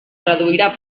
reduirà